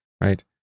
right